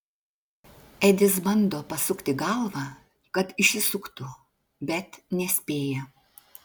edis bando pasukti galvą kad išsisuktų bet nespėja